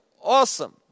awesome